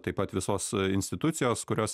taip pat visos institucijos kurios